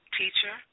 teacher